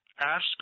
ask